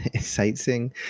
Sightseeing